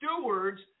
stewards